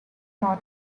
not